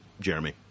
Jeremy